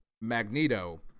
Magneto